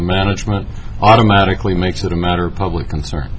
management automatically makes it a matter of public concern